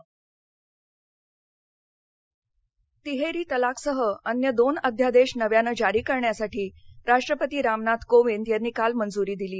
राष्टपती तिहेरी तलाकसह अन्य दोन अध्यादेश नव्यानं जारी करण्यासाठी राष्ट्रपती रामनाथ कोविंद यांनी काल मंजुरी दिली